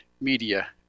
media